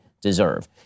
deserve